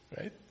right